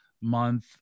month